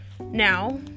Now